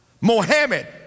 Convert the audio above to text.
Mohammed